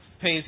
pays